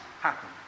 happen